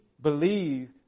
believe